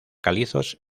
calizos